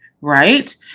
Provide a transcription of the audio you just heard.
right